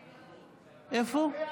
איפה?